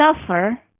suffer